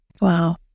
Wow